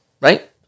right